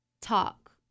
talk